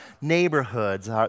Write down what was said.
neighborhoods